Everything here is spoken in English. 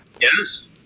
Yes